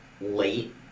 late